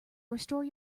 restore